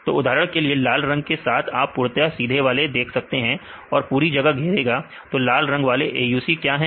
तो उदाहरण के लिए लाल रंग के साथ आप पूर्णतया सीधे वाले देख सकते हैं और पूरी जगह घेरेगा तो लाल वाले के लिए AUC क्या है